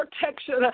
protection